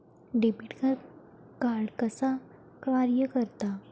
Debit card कसा कार्य करता?